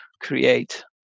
create